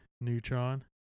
Neutron